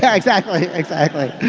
yeah exactly, exactly.